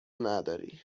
نداری